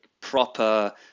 proper